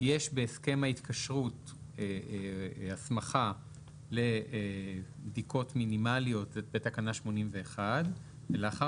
יש בהסכם ההתקשרות הסמכה לבדיקות מינימליות לפי תקנה 81 ולאחר